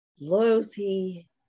loyalty